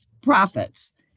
profits